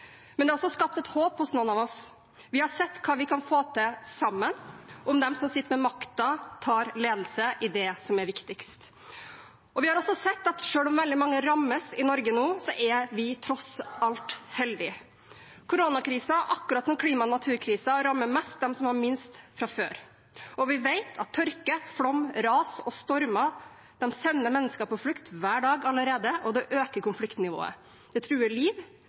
Men det har også skapt et håp hos noen av oss. Vi har sett hva vi kan få til sammen om de som sitter med makten, tar ledelsen i det som er viktigst. Vi har også sett at selv om veldig mange rammes i Norge nå, er vi tross alt heldige. Koronakrisen, akkurat som klima- og naturkrisen, rammer mest dem som har minst fra før, og vi vet at tørke, flom, ras og stormer sender mennesker på flukt hver dag allerede, og det øker konfliktnivået. Det truer liv,